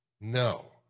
No